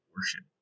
Worship